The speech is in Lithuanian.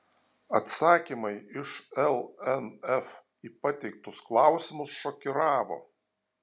atsakymai iš lnf į pateiktus klausimus šokiravo